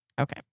Okay